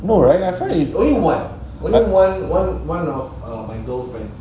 no right I find it's